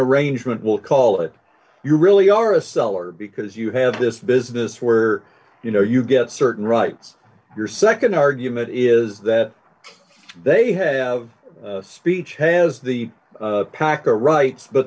arrangement we'll call it you really are a seller because you have this business where you know you get certain rights your nd argument is that they have speech has the packer rights but